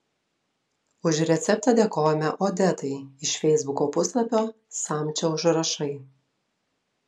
už receptą dėkojame odetai iš feisbuko puslapio samčio užrašai